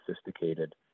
sophisticated